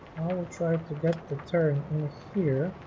i will try to get the turn in here